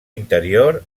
interior